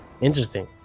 Interesting